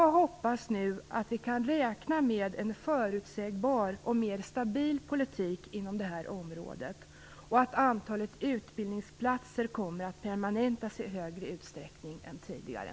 Jag hoppas nu att vi kan räkna med en förutsägbar och mer stabil politik inom det här området och att antalet utbildningsplatser kommer att permanentas i större utsträckning än tidigare.